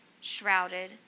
shrouded